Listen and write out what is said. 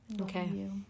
okay